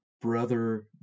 Brother